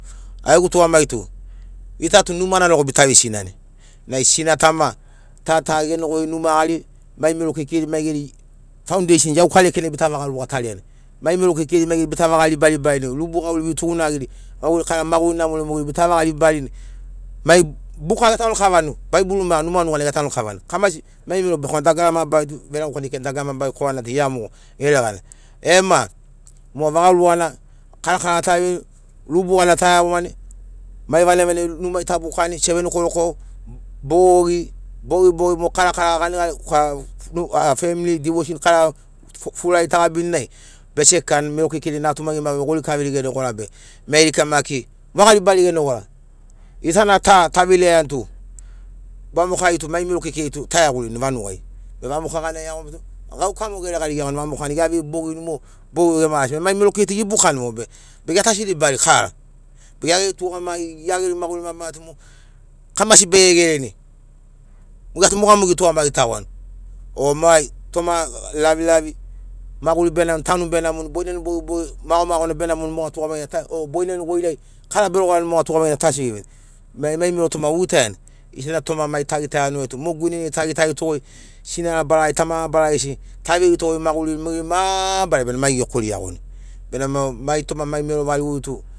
Au gegu tugamagitu gita tu numa na rogo bita vesinani nai sina tama ta ta genogoi numa gari mai mero keikeiri mai geri faundeishen iauka lekenai bita vaga rugatariani nai mero keikeiri bita vaga riba ribarini rubu gauveiri vetugunagiri maguri kara maguri namori mo geri bita vaga ribarini mai buka getanu kavani baibul ma numa nuganai getanu kavani kamasi mai mero bekirani dagara mabarari tu veregauka na ekiragiato dagara mabarana korana tu gia mogo geregana ema moga rogo rugana karakara taveini rubu gana taeagomani mai vanagi vanagi numai tabukani seven koroko bogi bogibogi mo karakara ganigani family divoshen kara furai tagabini naib ese kika mero keikei natura mai geri mabarari gori kauri bene gora be mai geri kika maki vaga ribari gene gora gita na taveilean tu vamokai tu mai mero keikei tu taeaguirini vanugai be vamoka gana iago tu gauka mo geregari iago vamoka gana eavei bogini mo bogi vau gema ragasini be mai mero keikeiri tu gebukani mogo be be ia tu asiribari kara be gia geri tugamagi gia geri maguri mabarana tu mo tum oi be gereni gia tu moga mogo getugamagi tagoani o mai toma lavilavi maguri benamoni tanu benamoni boinani bogibogi magomago na be namoni moga tugamagina tu o boinani garoai kara be gorani moga tugamagina tu asi gevei nai mai mero tu ma ogitaiani gita na mai toma tagitaiani tum o guinenai tagitarito goi tu sinara barari tamara barari gesi ta veiritogoi maguriri mo geri mabarari be mai gekori iagoni be namo mai toma mai mero variguri tu